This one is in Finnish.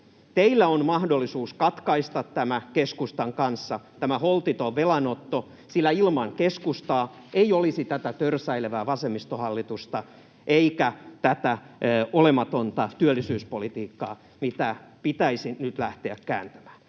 Teillä on mahdollisuus katkaista keskustan kanssa tämä holtiton velanotto, sillä ilman keskustaa ei olisi tätä törsäilevää vasemmistohallitusta eikä tätä olematonta työllisyyspolitiikkaa, mitä pitäisi nyt lähteä kääntämään.